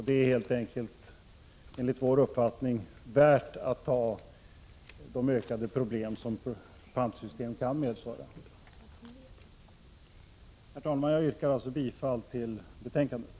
Det är helt enkelt enligt vår uppfattning värt att ta de ökade problem som ett pantsystem kan medföra. Herr talman! Jag yrkar alltså bifall till utskottets hemställan.